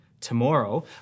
Tomorrow